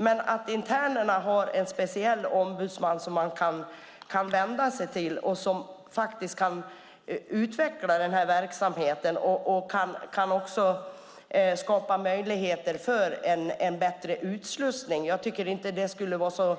Men att internerna har en speciell ombudsman som de kan vända sig till och som faktiskt kan utveckla den här verksamheten och också kan skapa möjligheter för en bättre utslussning tycker jag inte skulle vara